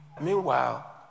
Meanwhile